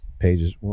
Pages